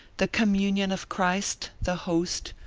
the communion of christ, the host,